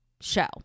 show